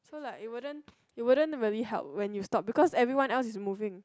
so like it wouldn't it wouldn't really help when you stop because everyone else is moving